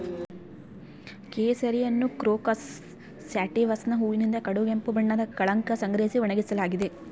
ಕೇಸರಿಯನ್ನುಕ್ರೋಕಸ್ ಸ್ಯಾಟಿವಸ್ನ ಹೂವಿನಿಂದ ಕಡುಗೆಂಪು ಬಣ್ಣದ ಕಳಂಕ ಸಂಗ್ರಹಿಸಿ ಒಣಗಿಸಲಾಗಿದೆ